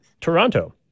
Toronto